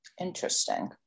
Interesting